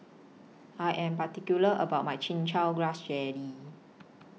I Am particular about My Chin Chow Grass Jelly